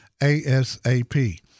ASAP